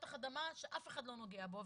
שטח אדמה שאף אחד לא נוגע בו,